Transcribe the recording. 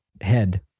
head